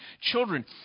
Children